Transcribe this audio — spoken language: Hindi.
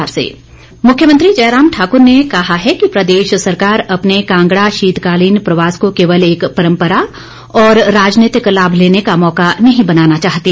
जयराम मुख्यमंत्री जयराम ठाकुर ने कहा है कि प्रदेश सरकार अपने कांगड़ा शीतकालीन प्रवास को केवल एक परंपरा और राजनीतिक लाभ ँलेने का मौका नहीं बनाना चाहती